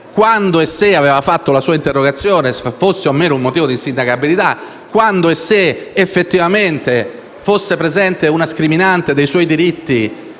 quando e se avesse presentato la sua interrogazione e se fosse o no un motivo di insindacabilità; quando e se fosse effettivamente presente una scriminante dei suoi diritti